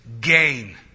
gain